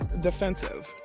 defensive